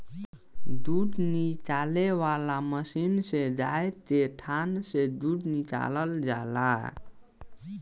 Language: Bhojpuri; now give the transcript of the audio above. दूध निकाले वाला मशीन से गाय के थान से दूध निकालल जाला